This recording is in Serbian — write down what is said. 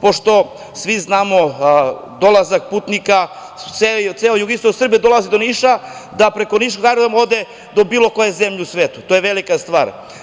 Pošto svi znamo dolazak putnika, ceo jugoistok Srbije dolazi do Niša, da preko niškog aerodroma ode do bilo koje zemlje u svetu, to je velika stvar.